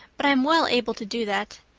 but i'm well able to do that.